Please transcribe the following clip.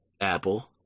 Apple